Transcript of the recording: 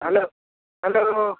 hello hello